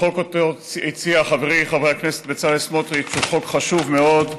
החוק שהציע חברי חבר הכנסת בצלאל סמוטריץ הוא חוק חשוב מאוד,